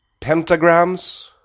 pentagrams